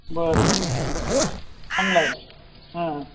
बरं बर ब चांगला आहे हं